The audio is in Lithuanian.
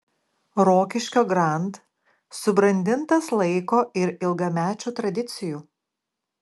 rokiškio grand subrandintas laiko ir ilgamečių tradicijų